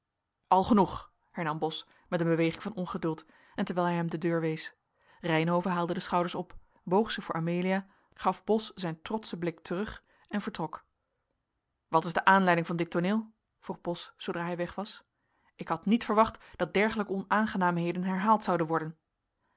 al genoeg hernam bos met een beweging van ongeduld en terwijl hij hem de deur wees reynhove haalde de schouders op boog zich voor amelia gaf bos zijn trotschen blik terug en vertrok wat is de aanleiding van dit tooneel vroeg bos zoodra hij weg was ik had niet verwacht dat dergelijke onaangenaamheden herhaald zouden worden